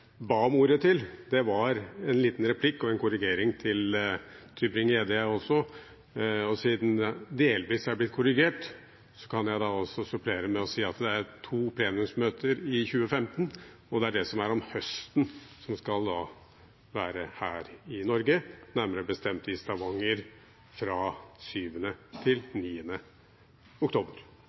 ba om ordet til, var en liten replikk og en korrigering til representanten Tybring-Gjedde. Siden det delvis er blitt korrigert, kan jeg supplere med å si at det er to plenumsmøter i 2015. Det er det som er om høsten, som skal være her i Norge – nærmere bestemt i Stavanger fra 7. til 9. oktober.